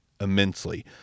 immensely